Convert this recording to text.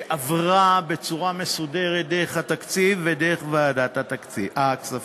שעברה בצורה מסודרת דרך התקציב ודרך ועדת הכספים.